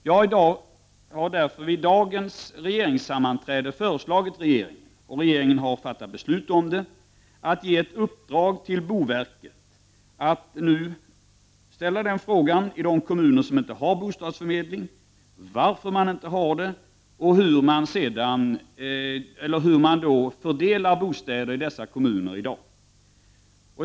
Jag har därför vid regeringens sammanträde i dag föreslagit regeringen, och regeringen har fattat beslut om det, att ge ett uppdrag till boverket att nu fråga de kommuner som inte har bostadsförmedling varför man inte har det och hur man fördelar bostäderna i dessa kommuner i dag.